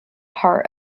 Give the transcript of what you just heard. part